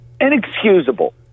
inexcusable